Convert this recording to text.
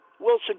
Wilson